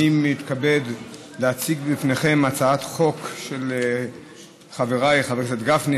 אני מתכבד להציג בפניכם הצעת חוק של חבריי חבר הכנסת גפני,